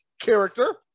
character